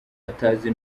atazi